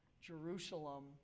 jerusalem